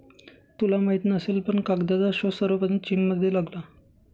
तुला माहित नसेल पण कागदाचा शोध सर्वप्रथम चीनमध्ये लागला